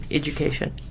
education